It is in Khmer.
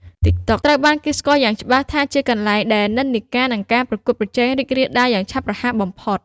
TikTok ត្រូវបានគេស្គាល់យ៉ាងច្បាស់ថាជាកន្លែងដែល និន្នាការ និង ការប្រកួតប្រជែង រីករាលដាលយ៉ាងឆាប់រហ័សបំផុត។